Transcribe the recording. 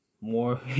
more